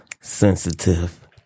sensitive